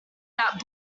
that